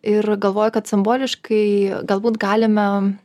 ir galvoju kad simboliškai galbūt galime